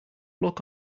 luck